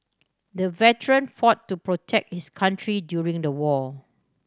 the veteran fought to protect his country during the war